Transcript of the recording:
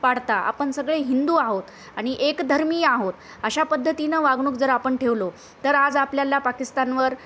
पाडता आपण सगळे हिंदू आहोत आणि एकधर्मी आहोत अशा पद्धतीनं वागणूक जर आपण ठेवलो तर आज आपल्याला पाकिस्तानवर